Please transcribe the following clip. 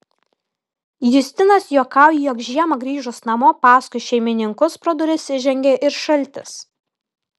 justinas juokauja jog žiemą grįžus namo paskui šeimininkus pro duris įžengia ir šaltis